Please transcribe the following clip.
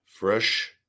Fresh